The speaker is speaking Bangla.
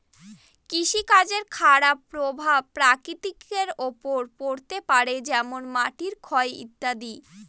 কৃষিকাজের খারাপ প্রভাব প্রকৃতির ওপর পড়তে পারে যেমন মাটির ক্ষয় ইত্যাদি